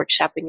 workshopping